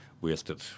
wasted